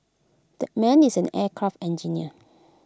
that man is an aircraft engineer